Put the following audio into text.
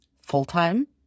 Full-time